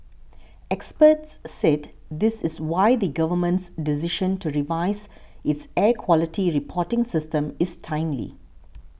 experts said this is why the Government's decision to revise its air quality reporting system is timely